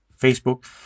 Facebook